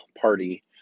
party